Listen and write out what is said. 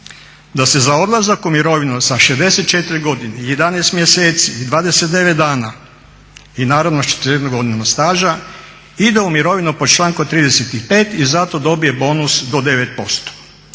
Da se za odlazak u mirovinu sa 64 godine i 11 mjeseci i 29 dana i naravno s 41 godinom staža ide u mirovinu po članku 35. i zato dobije bonus do 9%,